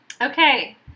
Okay